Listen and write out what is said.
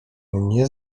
nie